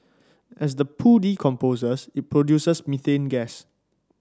as the poo decomposes it produces methane gas